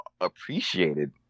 appreciated